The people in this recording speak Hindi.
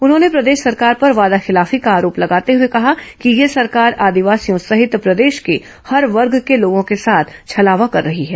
उन्होंने प्रदेश सरकार पर वादाखिलाफी का आरोप लगाते हुए कहा कि यह सरकार आदिवासियों सहित प्रदेश के हर वर्ग के लोगों के साथ छलावा कर रही है